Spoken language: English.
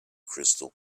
crystal